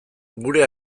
gure